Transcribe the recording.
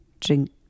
drink